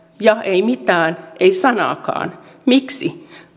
ja ei mitään ei sanaakaan miksi